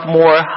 more